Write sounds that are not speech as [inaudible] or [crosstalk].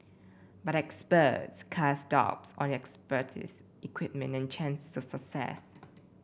but experts cast doubts on expertise equipment and chances of success [noise]